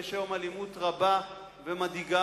ויש היום אלימות רבה ומדאיגה,